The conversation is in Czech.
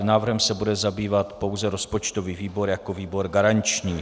Návrhem se bude zabývat pouze rozpočtový výbor jako výbor garanční.